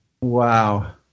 Wow